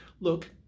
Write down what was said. look